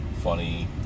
funny